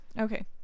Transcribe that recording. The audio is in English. okay